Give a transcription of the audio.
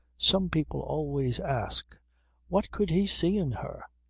some people always ask what could he see in her?